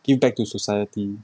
give back to society